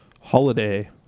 Holiday